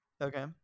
Okay